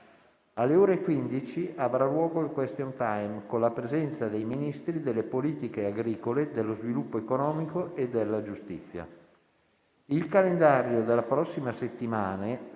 Alle ore 15 avrà luogo il *question time*, con la presenza dei Ministri delle politiche agricole, alimentari e forestali, dello sviluppo economico e della giustizia. Il calendario della prossima settimana,